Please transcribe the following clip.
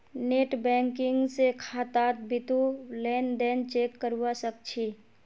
net banking स खातात बितु लेन देन चेक करवा सख छि